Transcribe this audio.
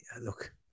look